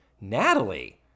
Natalie